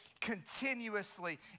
continuously